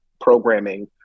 programming